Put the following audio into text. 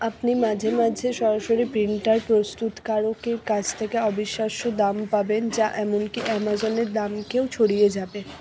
আপনি মাঝে মাঝে সরাসরি প্রিন্টার প্রস্তুতকারকের কাছ থেকে অবিশ্বাস্য দাম পাবেন যা এমনকি অ্যামাজনের দামকেও ছাড়িয়ে যাবে